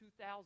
2,000